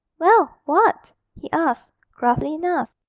well what he asked, gruffly enough.